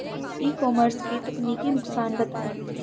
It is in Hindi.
ई कॉमर्स के तकनीकी नुकसान बताएं?